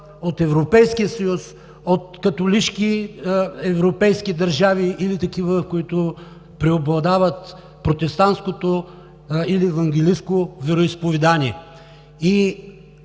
от Европейския съюз, католишки европейски държави или такива, в които преобладава протестантското или евангелисткото вероизповедание?!